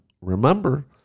remember